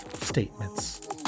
statements